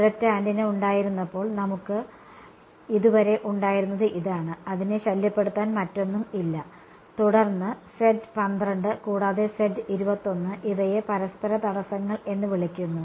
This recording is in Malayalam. ഒരൊറ്റ ആന്റിന ഉണ്ടായിരുന്നപ്പോൾ നമ്മൾക്ക് ഇതുവരെ ഉണ്ടായിരുന്നത് ഇതാണ് അതിനെ ശല്യപ്പെടുത്താൻ മറ്റൊന്നും ഇല്ല തുടർന്ന് കൂടാതെ ഇവയെ പരസ്പര തടസ്സങ്ങൾ എന്ന് വിളിക്കുന്നു